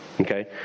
Okay